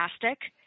fantastic